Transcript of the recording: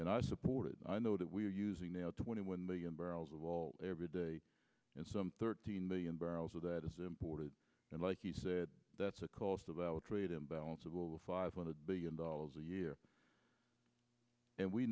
and i support it i know that we're using now twenty one million barrels of all every day and some thirteen billion barrels of that is imported and like he said that's a cost of our trade imbalance of over five hundred billion dollars a year and we